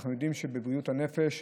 אנחנו יודעים שבבריאות הנפש,